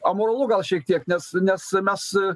amoralu gal šiek tiek nes nes mes